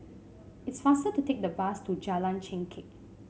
it's faster to take the bus to Jalan Chengkek